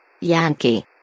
Yankee